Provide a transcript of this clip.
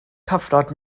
cyfnod